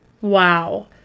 Wow